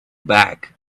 back